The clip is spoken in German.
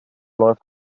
läuft